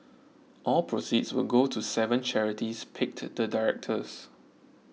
all proceeds will go to seven charities picked the directors